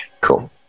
cool